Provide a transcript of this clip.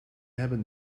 hebben